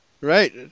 Right